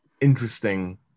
interesting